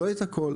לא את הכול,